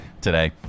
today